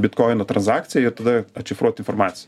bitkoinų transakciją ir tada atšifruot informaci